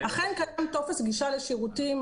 אכן קיים טופס גישה לשירותים,